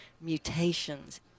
mutations